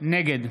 נגד